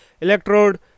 Electrode